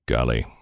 Golly